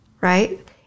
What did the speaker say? right